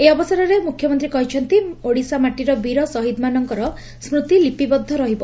ଏହି ଅବସରରେ ମୁଖ୍ୟମନ୍ତୀ କହିଛନି ଓଡ଼ିଶା ମାଟିର ବୀର ସହିଦମାନଙ୍କର ସ୍ଦୁତି ଲିପିବଦ୍ଧ ରହିବ